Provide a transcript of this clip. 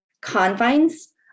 confines